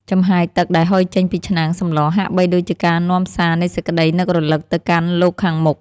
ចំហាយទឹកដែលហុយចេញពីឆ្នាំងសម្លហាក់បីដូចជាការនាំសារនៃសេចក្តីនឹករលឹកទៅកាន់លោកខាងមុខ។